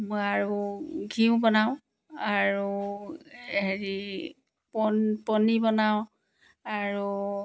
আৰু ঘিঁউ বনাওঁ আৰু হেৰি পন পনীৰ বনাওঁ আৰু